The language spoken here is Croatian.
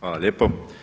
Hvala lijepo.